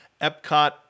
Epcot